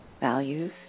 values